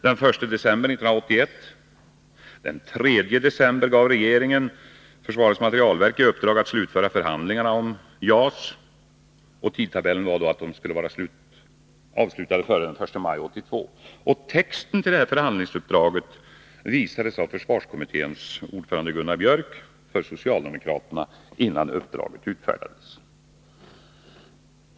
Den 3 december gav regeringen försvarets materielverk i uppdrag att slutföra förhandlingarna om JAS. Tidtabellen innebar då att de skulle vara avslutade före den 1 maj 1982. Texten till detta förhandlingsuppdrag visades av försvarskommitténs ordförande Gunnar Björk i Gävle för socialdemo kraterna innan uppdraget utfärdades.